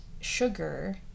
sugar